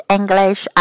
English